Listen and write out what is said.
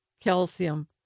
calcium